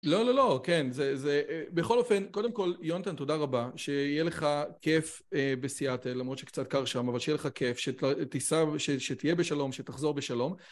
לא, לא, לא, כן, זה, זה, בכל אופן, קודם כל, יונתן, תודה רבה, שיהיה לך כיף בסיאטל, למרות שקצת קר שם, אבל שיהיה לך כיף, שתיסע, שתהיה בשלום, שתחזור בשלום.